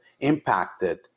impacted